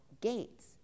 gates